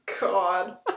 God